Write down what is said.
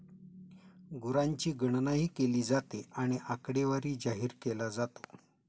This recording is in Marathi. गुरांची गणनाही केली जाते आणि आकडेवारी जाहीर केला जातो